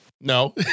No